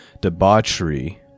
debauchery